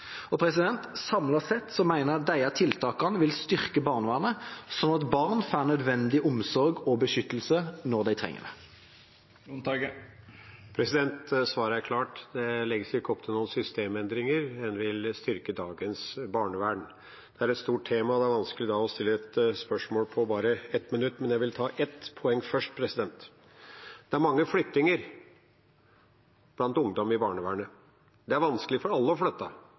sett mener jeg disse tiltakene vil styrke barnevernet, slik at barn får nødvendig omsorg og beskyttelse når de trenger det. Svaret er klart. Det legges ikke opp til noen systemendringer, en vil styrke dagens barnevern. Det er et stort tema, og da er det vanskelig å stille et spørsmål på bare ett minutt, men jeg vil ta ett poeng først: Det er mange flyttinger blant ungdom i barnevernet. Det er vanskelig for alle å flytte.